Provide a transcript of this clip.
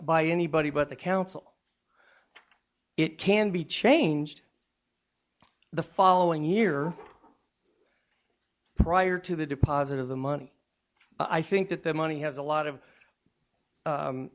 by anybody but the council it can be changed the following year prior to the deposit of the money i think that that money has a lot